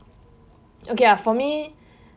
okay uh for me